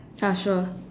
ya sure